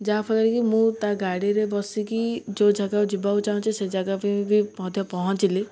ଯାହାଫଳରେ କି ମୁଁ ତା' ଗାଡ଼ିରେ ବସିକି ଯେଉଁ ଜାଗାକୁ ଯିବାକୁ ଚାହୁଁଛି ସେ ଜାଗା ପାଇଁ ବି ମଧ୍ୟ ପହଞ୍ଚିଲି